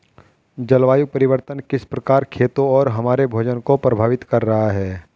जलवायु परिवर्तन किस प्रकार खेतों और हमारे भोजन को प्रभावित कर रहा है?